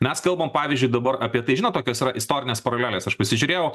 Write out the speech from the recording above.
mes kalbam pavyzdžiui dabar apie tai žinot tokios istorinės paralelės aš pasižiūrėjau